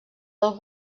del